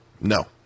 No